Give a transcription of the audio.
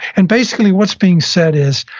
and basically, what's being said is,